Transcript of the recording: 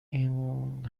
این